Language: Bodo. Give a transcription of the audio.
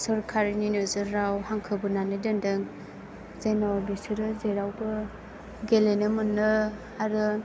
सरकारनि नोजोराव हांखो बोनानै दोनदों जेनेबा बिसोरो जेरावबो गेलेनो मोनो आरो